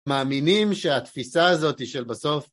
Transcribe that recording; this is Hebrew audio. מאמינים שהתפיסה הזאת היא של בסוף?